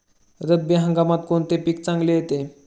रब्बी हंगामात कोणते पीक चांगले येते?